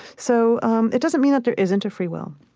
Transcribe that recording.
so um it doesn't mean that there isn't a free will.